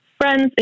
friends